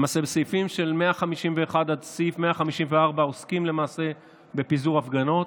למעשה סעיפים 151 154 עוסקים בפיזור הפגנות.